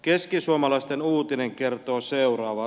keskisuomalaisen uutinen kertoo seuraavaa